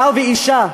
בעל ואישה,